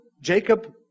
Jacob